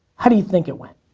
how do you think it went?